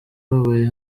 bagore